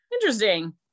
interesting